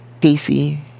Casey